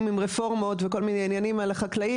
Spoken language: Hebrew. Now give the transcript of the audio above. עם רפורמות וכל מיני עניינים על החקלאים.